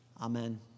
Amen